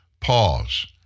Pause